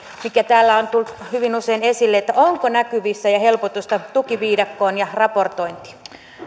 mikä täällä on tullut hyvin usein esille onko näkyvissä helpotusta tukiviidakkoon ja raportointiin